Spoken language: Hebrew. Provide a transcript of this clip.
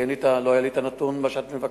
כי אין לי את הנתון שאת מבקשת.